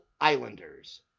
Islanders